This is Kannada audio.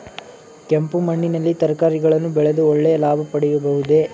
ಕೆಂಪು ಮಣ್ಣಿನಲ್ಲಿ ತರಕಾರಿಗಳನ್ನು ಬೆಳೆದು ಒಳ್ಳೆಯ ಲಾಭ ಪಡೆಯಬಹುದೇ?